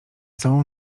całą